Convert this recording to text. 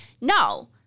No